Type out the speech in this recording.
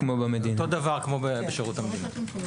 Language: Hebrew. אותו דבר כמו בשירות המדינה.